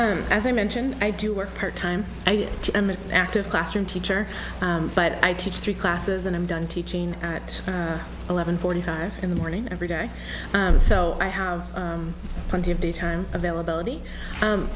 as i mentioned i do work part time and active classroom teacher but i teach three classes and i'm done teaching at eleven forty five in the morning every day so i have plenty of daytime availability